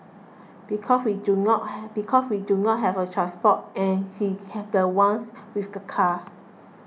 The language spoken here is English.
because we do not have because we do not have a transport and he's the ones with the car